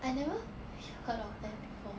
I never heard of them before